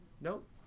Nope